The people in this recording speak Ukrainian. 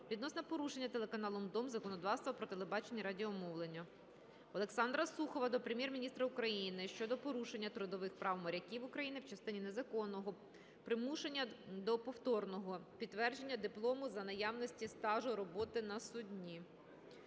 відносно порушення телеканалом "ДОМ" законодавства про телебачення і радіомовлення. Олександра Сухова до Прем'єр-міністра України щодо порушення трудових прав моряків України в частині незаконного примушення до повторного підтвердження диплому за наявності стажу роботи на судні.